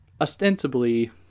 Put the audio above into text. ostensibly